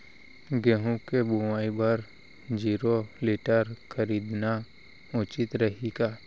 गेहूँ के बुवाई बर जीरो टिलर खरीदना उचित रही का?